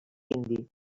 indi